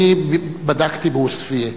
אני בדקתי בעוספיא.